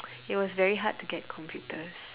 it was very hard to get computers